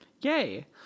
Yay